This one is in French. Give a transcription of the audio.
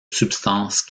substance